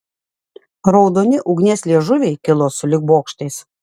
raudoni ugnies liežuviai kilo sulig bokštais